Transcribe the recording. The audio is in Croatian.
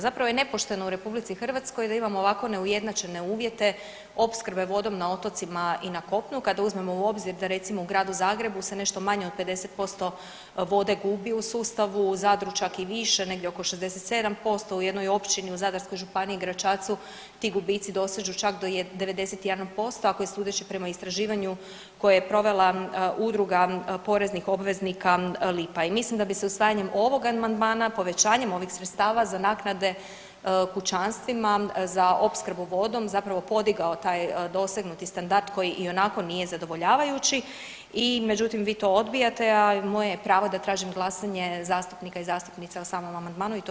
Zapravo je nepošteno u RH da imamo ovako neujednačene uvjete opskrbe vodom na otocima i na kopnu, kada uzmemo u obzir da recimo, u gradu Zagrebu se nešto manje od 50% vode gubi u sustavu, u Zadru čak i više, negdje oko 67%, u jednoj općini u Zadarskoj županiji, Gračacu ti gubici dosežu čak do 91%, ako je sudeći prema istraživanju koje je provela Udruga poreznih obveznika Lipa i mislim da bi se usvajanjem ovog amandmana, povećanjem ovih sredstava za naknade kućanstvima, za opskrbu vodom zapravo podigao taj dosegnuti standard koji ionako nije zadovoljavajući i međutim, vi to odbijate, a moje je pravo da tražim glasanje zastupnika i zastupnica o samom amandmanu i to ću i učiniti.